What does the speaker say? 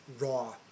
raw